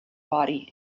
body